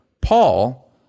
Paul